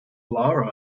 lara